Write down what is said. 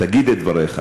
שתגיד את דבריך.